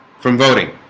from voting